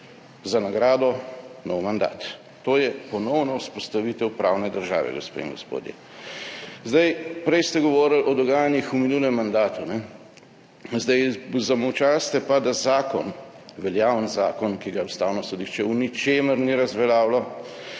Za nagrado – nov mandat. To je ponovna vzpostavitev pravne države, gospe in gospodje. Prej ste govorili o dogajanjih v minulem mandatu, zamolčali ste pa, da zakon, veljaven zakon, ki ga Ustavno sodišče v ničemer ni razveljavilo,